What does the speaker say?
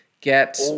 get